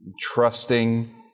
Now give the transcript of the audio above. trusting